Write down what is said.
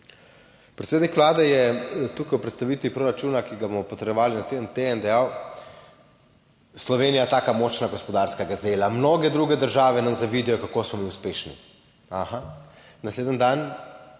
Predsednik Vlade je tukaj v predstavitvi proračuna, ki ga bomo potrjevali naslednji teden, dejal, Slovenija je taka močna gospodarska gazela, noge druge države nam zavidajo, kako smo mi uspešni. Aha, naslednji dan